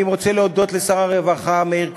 אני רוצה להודות לשר הרווחה מאיר כהן,